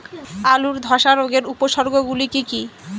আলুর ধ্বসা রোগের উপসর্গগুলি কি কি?